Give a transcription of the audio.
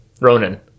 Ronan